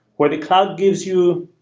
where the cloud gives you,